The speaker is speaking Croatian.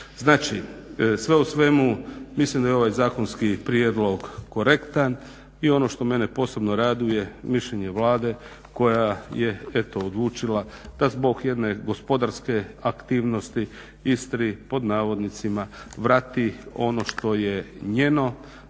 Znači, sve u svemu mislim da je ovaj zakonski prijedlog korektan i ono što mene posebno raduje, mišljenje Vlade koja je eto odlučila da zbog jedne gospodarske aktivnosti Istri pod navodnicima vrati ono što je njeno,